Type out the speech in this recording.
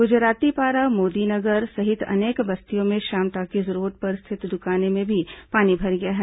गुजराती पारा मोदी नगर सहित अनेक बस्तियों और श्याम टॉकीज रोड पर स्थित दुकानों में भी पानी भर गया है